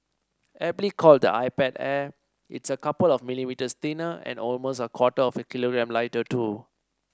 aptly called the iPad Air it's a couple of millimetres thinner and almost a quarter of a kilogram lighter too